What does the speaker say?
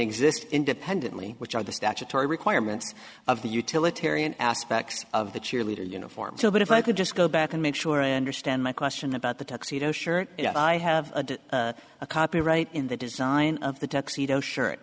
exist independently which are the statutory requirements of the utilitarian aspects of the cheerleader uniforms so but if i could just go back and make sure i understand my question about the tuxedo shirt you know i have a copyright in the design of the tuxedo shirt